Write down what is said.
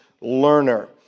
learner